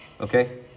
Okay